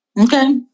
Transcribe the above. Okay